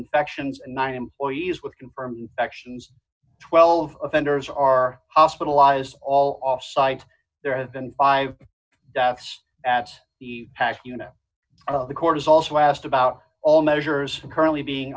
infections and nine employees with confirmed sections twelve offenders are hospitalized all off site there have been five deaths at the pac you know the court is also asked about all measures currently being